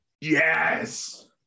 Yes